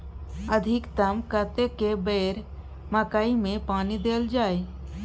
अधिकतम कतेक बेर मकई मे पानी देल जाय?